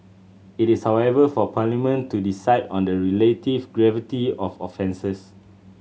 it is however for Parliament to decide on the relative gravity of offences